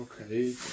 Okay